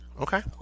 Okay